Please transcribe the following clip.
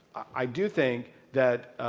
i do think that